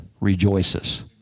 rejoices